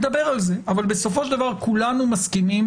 אבל בסופו של דבר כולנו מסכימים